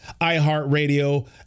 iHeartRadio